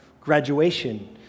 Graduation